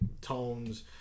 tones